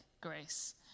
grace